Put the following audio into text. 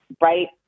right